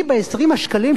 ב-20 השקלים,